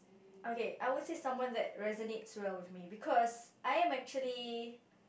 okay I would say someone that resonates well with me because I am actually